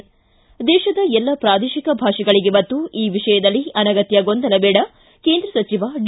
ಿ ದೇಶದ ಎಲ್ಲ ಪ್ರಾದೇಶಿಕ ಭಾಷೆಗಳಿಗೆ ಒತ್ತು ಈ ವಿಷಯದಲ್ಲಿ ಅನಗತ್ಯ ಗೊಂದಲ ಬೇಡ ಕೇಂದ್ರ ಸಚಿವ ಡಿ